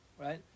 right